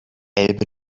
elbe